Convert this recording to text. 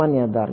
સામાન્ય ધાર